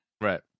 Right